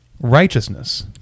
righteousness